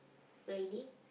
really